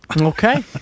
okay